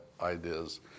ideas